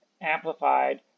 amplified